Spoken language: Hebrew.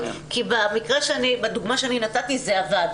כי בדוגמה שנתתי זה עבד.